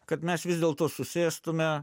kad mes vis dėlto susėstume